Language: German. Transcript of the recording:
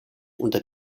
unter